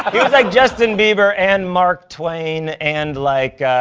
he was like justin bieber and mark twain and, like,